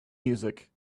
music